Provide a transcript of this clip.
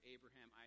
Abraham